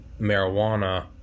Marijuana